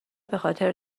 بخاطر